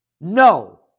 No